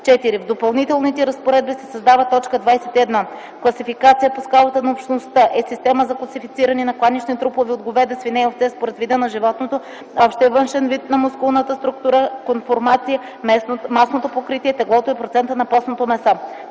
4. В Допълнителните разпоредби се създава т. 21: „21. „Класификация по скалата на Общността” е система за класифициране на кланични трупове от говеда, свине и овце според вида на животното, общия външен вид на мускулната структура (конформация), мастното покритие, теглото и процента на постното месо.”